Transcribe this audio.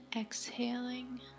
exhaling